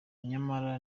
nyamara